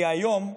היום,